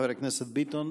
חבר הכנסת ביטון.